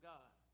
God